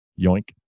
Yoink